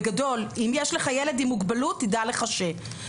בגדול: "אם יש לך ילד עם מוגבלות תדע לך ש".